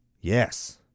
yes